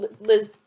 liz